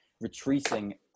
retreating